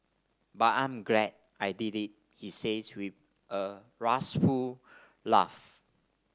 but I'm glad I did it he says with a rueful laugh